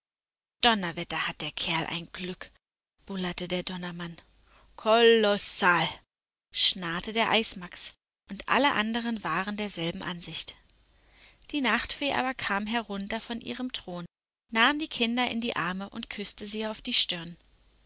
donnerwetter hat der kerl ein glück bullerte der donnermann kolossal schnarrte der eismax und alle anderen waren derselben ansicht die nachtfee aber kam herunter von ihrem thron nahm die kinder in die arme und küßte sie auf die stirn